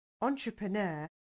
entrepreneur